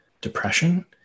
depression